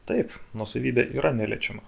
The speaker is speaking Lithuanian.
taip nuosavybė yra neliečiama